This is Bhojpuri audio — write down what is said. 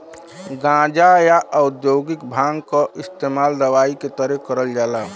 गांजा, या औद्योगिक भांग क इस्तेमाल दवाई के तरे करल जाला